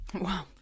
Wow